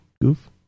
goof